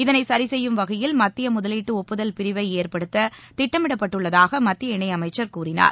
இதனை சரிசெய்யும் வகையில் மத்திய பிரிவை முதலீட்டு ஏற்படுத்த திட்டமிடப்பட்டுள்ளதாக மத்திய இணையமைச்சர் கூறினார்